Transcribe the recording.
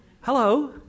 Hello